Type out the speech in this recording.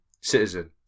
citizen